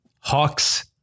Hawks